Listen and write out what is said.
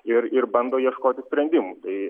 ir ir bando ieškoti sprendimų tai